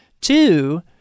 Two